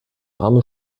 arme